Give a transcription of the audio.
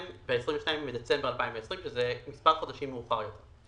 ב-22 בדצמבר 2020 שזה מספר חודשים מאוחר יותר.